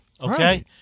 Okay